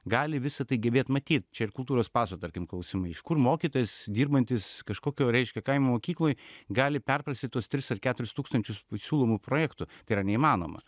gali visą tai gebėt matyt čia ir kultūros paso tarkim klausimai iš kur mokytojas dirbantis kažkokio reiškia kaimo mokykloj gali perprasti tuos tris ar keturis tūkstančius siūlomų projektų yra neįmanoma